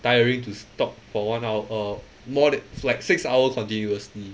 tiring to talk for one hour uh more than like six hours continuously